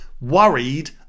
worried